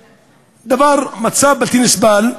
מצב בלתי נסבל,